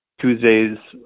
Tuesdays